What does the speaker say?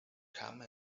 come